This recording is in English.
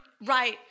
Right